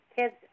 kids